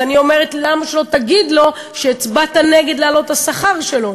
אז אני אומרת: למה שלא תגיד לו שהצבעת נגד להעלות את השכר שלו?